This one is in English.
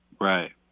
Right